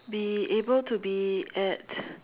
be able to be at